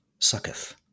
sucketh